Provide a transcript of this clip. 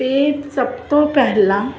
ਅਤੇ ਸਭ ਤੋਂ ਪਹਿਲਾਂ